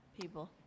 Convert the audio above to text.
people